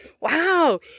Wow